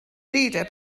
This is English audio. leader